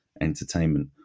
entertainment